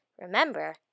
Remember